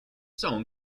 song